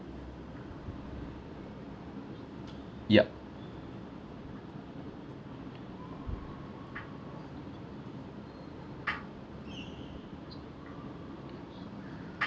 yup